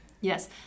Yes